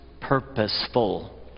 purposeful